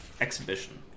exhibition